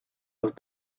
los